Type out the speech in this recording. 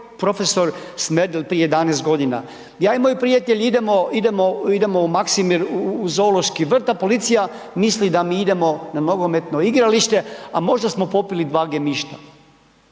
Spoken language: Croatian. prof. Smerdel prije 11 g. Ja i moj prijatelj idemo, idemo, idemo u Maksimir u zoološki vrt, a policija misli da mi idemo na nogometno igralište, a možda smo popili dva gemišta